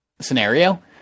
scenario